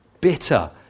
bitter